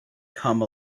come